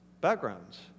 backgrounds